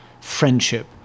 friendship